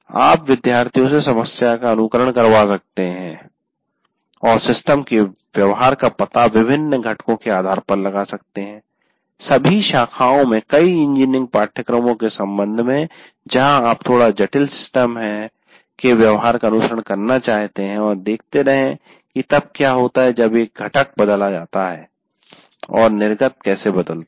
आप विद्यार्थियों से समस्या का अनुकरण करवा सकते हैं और सिस्टम के व्यवहार का पता विभिन्न घटकों पैरामीटर के आधार पर लगा सकते हैं सभी शाखाओं में कई इंजीनियरिंग पाठ्यक्रमों के संबंध में जहां आप थोड़ा जटिल सिस्टम के व्यवहार का अनुकरण करना चाहते हैं और देखते रहें कि तब क्या होता है जब एक घटक पैरामीटर बदला जाता है और निर्गत आउटपुट कैसे बदलता है